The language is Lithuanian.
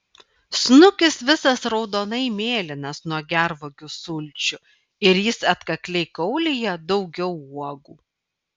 snukis visas raudonai mėlynas nuo gervuogių sulčių ir jis atkakliai kaulija daugiau uogų